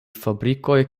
fabrikoj